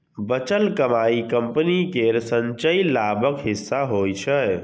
बचल कमाइ कंपनी केर संचयी लाभक हिस्सा होइ छै